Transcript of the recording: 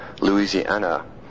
Louisiana